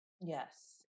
Yes